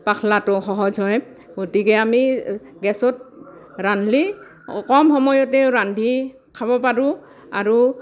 পাখলাতো সহজ হয় গতিকে আমি গেছত ৰান্ধিলে কম সময়তে ৰান্ধি খাব পাৰোঁ আৰু